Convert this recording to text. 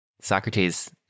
Socrates